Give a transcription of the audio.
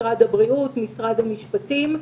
משרד הבריאות ומשרד המשפטים.